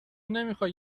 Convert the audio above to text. نمیخوای